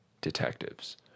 detectives